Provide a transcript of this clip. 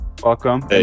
welcome